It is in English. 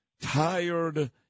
Tired